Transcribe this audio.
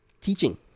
teaching